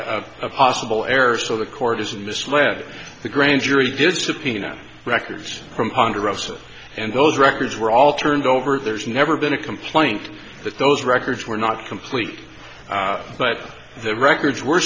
a possible error so the court has misled the grand jury did subpoena records from ponderosa and those records were all turned over there's never been a complaint that those records were not complete but the records were